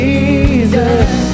Jesus